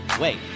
wait